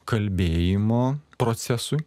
kalbėjimo procesui